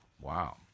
Wow